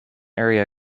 area